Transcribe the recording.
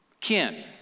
kin